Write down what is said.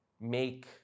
make